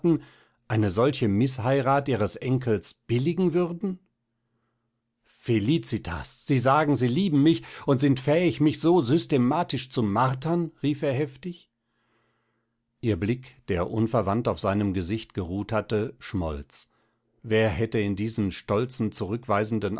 eine solche mißheirat ihres enkels billigen würden felicitas sie sagen sie lieben mich und sind fähig mich so systematisch zu martern rief er heftig ihr blick der unverwandt auf seinem gesicht geruht hatte schmolz wer hätte in diesen stolzen zurückweisenden